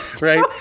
right